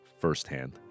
firsthand